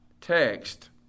text